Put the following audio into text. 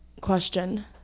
Question